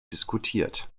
diskutiert